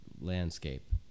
landscape